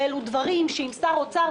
אלו דברים שעם שר אוצר,